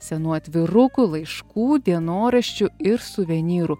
senų atvirukų laiškų dienoraščių ir suvenyrų